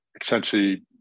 essentially